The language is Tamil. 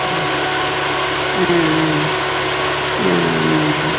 ம் ஆ ஆ ஆ ம்